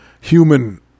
human